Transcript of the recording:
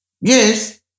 Yes